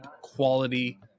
quality